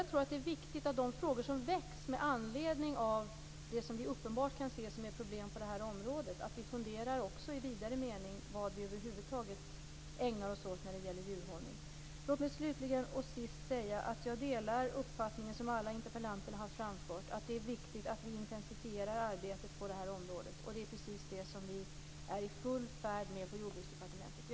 Jag tror att det är viktigt att vi med anledning av de frågor som väcks och med anledning av det som uppenbart är problematiskt på detta område också funderar på vad vi ägnar oss åt i vidare mening när det gäller djurhållning. Låt mig slutligen och sist säga att jag delar den uppfattning som alla interpellanter har framfört: Det är viktigt att vi intensifierar arbetet på detta område. Det är precis det som vi är i full färd med på Jordbruksdepartementet.